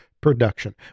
production